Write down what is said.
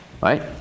right